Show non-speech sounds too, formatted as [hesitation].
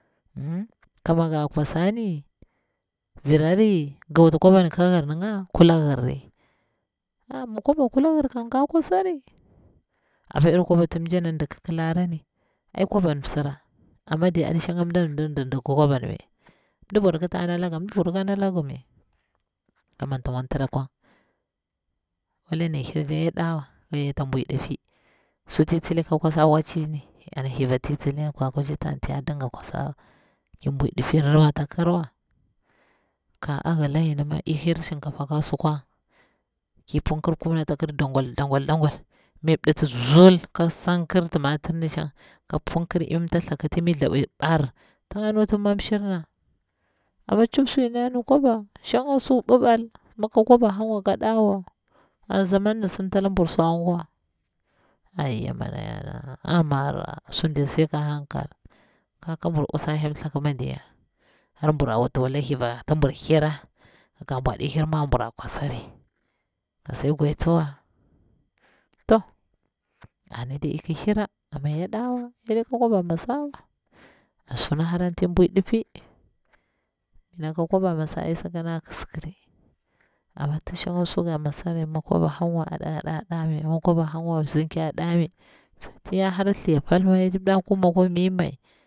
Ngm ka mi ga kwasani. virari giwut kwabani ka yirninga kula yirri an mi kwabang kula yir kam ga kwasari, apa iri kwaba ti mjana ndiki kilarani, ai kwaban msira, amma diya aɗi nshanga mda andir dikdik kwaban mai, mdi bwadukuta na langa mdi bwaduku ta nalag mai, ka manti mwantira kwang, wala ni yirni ya darawa kayata bwai diffi, suti tsili ka kwasa wacci an thliva ti tsili ka kwasani, tin ya dinga kwasa wa, ki bwui diffi ratakirwa. ka a yila yin ma ihir shinkafa ka sukwar, ki punkir kum ni ata kir, dagwal dagwal dangwal, mipɗitizul ka sankir timatirni shang, ka punkir imi tamthaku ting mi thapwi ɓar tig a nuti manshirna, amma cip suyinni na nu kwaba, shanga su ɓiɓal, mi kika kwaba hang wa ga ɗawa, an zamani sintala buru swanga ngwa. [hesitation] aiya maɗa yana mara sun diya sai ka hankal, ka kambur usala hyeltlaku ma diya, har mbura wuti wala thliva kambur hira, ka bwa ɗi hirmawa mbura kwasari, kasai go itiwa, to ana ɗe ik hira, amma ya ɗawa yaɗe ka kwabawa masawa. an suna haratin bwui diffi, mi yana ka kwaba ma sa ai sakan a kiskiri, amma ti nshangsu ga masari migka kwaba hangawa, [hesitation] aɗa ɗa mai migka kwaba hangwa bzincar a ɗamai tin yahara thliya pal ma yaɗi ɗa kum a kwa myi mai.